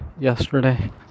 yesterday